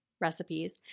recipes